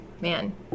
man